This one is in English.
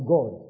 God